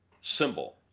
symbol